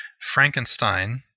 Frankenstein